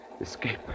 escape